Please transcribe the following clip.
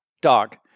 Dog